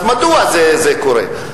אז מדוע זה קורה?